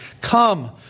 Come